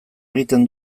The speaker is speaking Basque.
egiten